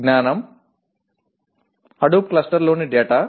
జ్ఞానం హడూప్ క్లస్టర్లోని డేటా